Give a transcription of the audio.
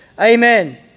Amen